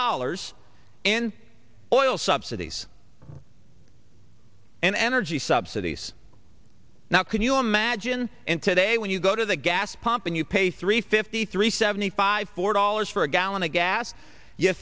dollars in oil subsidies and energy subsidies now can you imagine and today when you go to the gas pump and you pay three fifty three seventy five four dollars for a gallon of gas y